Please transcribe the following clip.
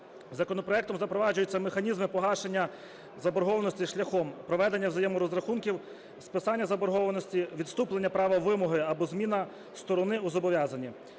Законопроектом запроваджуються механізми погашення заборгованості шляхом проведення взаєморозрахунків, списання заборгованості, відступлення права вимоги або зміна сторони у зобов'язані.